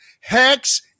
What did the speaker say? Hex